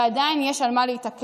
ועדיין יש על מה להתעקש